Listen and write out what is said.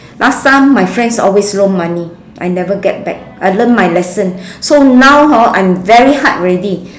last time my friends always loan money I never get back I learnt my lesson so now hor I'm very hard already